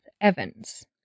evans